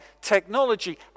technology